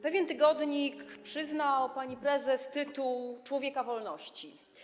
Pewien tygodnik przyznał pani prezes tytuł człowieka wolności.